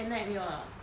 at night 没有了